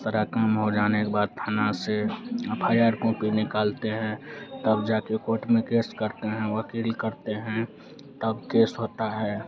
सारा काम हो जाने के बाद थाना से एफ आय आर कॉपी निकालते हैं तब जाकर कोर्ट में केस करते हैं वक़ील करते हैं तब केस होता है